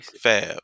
Fab